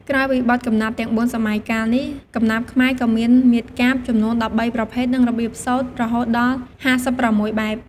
ក្រៅពីបទកំណាព្យទាំងបួនសម័យកាលនេះ កំណាព្យខ្មែរក៏មាន មាត្រកាព្យ ចំនួន ១៣ ប្រភេទ និង របៀបសូត្រ រហូតដល់ ៥៦ បែប។